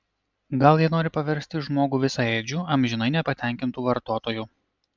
gal jie nori paversti žmogų visaėdžiu amžinai nepatenkintu vartotoju